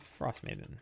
Frostmaiden